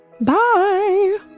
Bye